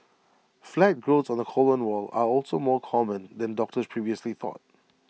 flat growths on the colon wall are also more common than doctors previously thought